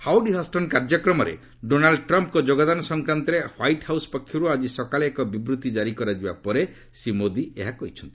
howdy Houston କାର୍ଯ୍ୟକ୍ରମରେ Donald ଟ୍ରମ୍ପ୍ଙ୍କ ଯୋଗଦାନ ସଂକ୍ରାନ୍ତରେ ହ୍ୱାଇଟ୍ ହାଉସ୍ ପକ୍ଷରୁ ଆଜି ସକାଳେ ଏକ ବିବୃତ୍ତି କାରି କରାଯିବା ପରେ ଶ୍ରୀ ମୋଦୀ ଏହା କହିଛନ୍ତି